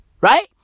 Right